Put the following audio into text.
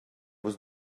was